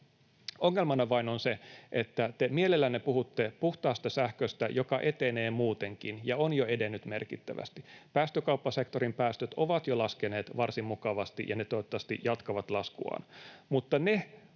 Ongelmana vain on se, että te mielellänne puhutte puhtaasta sähköstä, joka etenee muutenkin ja on jo edennyt merkittävästi — päästökauppasektorin päästöt ovat jo laskeneet varsin mukavasti, ja ne toivottavasti jatkavat laskuaan